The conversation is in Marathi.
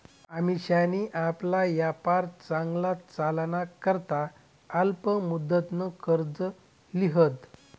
अमिशानी आपला यापार चांगला चालाना करता अल्प मुदतनं कर्ज ल्हिदं